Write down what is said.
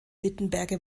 wittenberge